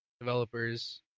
Developers